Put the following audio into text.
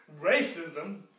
racism